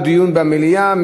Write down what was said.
דיון במליאה,